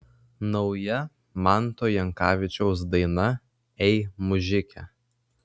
nauja manto jankavičiaus daina ei mužike